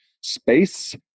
space